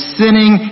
sinning